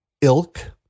ilk